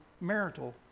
marital